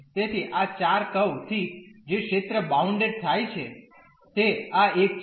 તેથી આ ચાર કર્વ થી જે ક્ષેત્ર બાઉન્ડેડ થાય છે તે આ એક છે